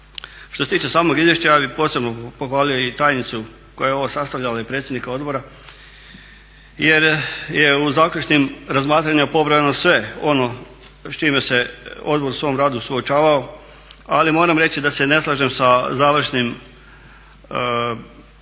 Što se tiče samog izvješća ja bih posebno pohvalio i tajnicu koja je ovo sastavljala i predsjednika Odbora, jer je u zaključnim razmatranjima pobrojano sve ono s čime se odbor u svom radu suočavao. Ali moram reći da se ne slažem sa završnim odlomkom